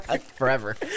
Forever